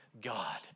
God